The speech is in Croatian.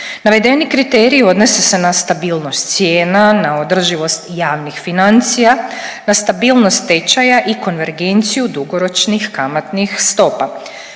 Navedeni kriteriji odnose se na stabilnost cijena, na održivost javnih financija, na stabilnost tečaja i konvergenciju dugoročnih kamatnih stopa.